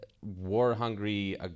war-hungry